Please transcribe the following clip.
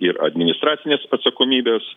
ir administracinės atsakomybės